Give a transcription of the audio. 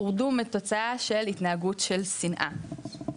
הורדו מתוצאה של התנהגות של שנאה,